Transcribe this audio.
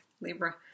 Libra